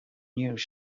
news